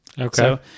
Okay